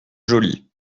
jolie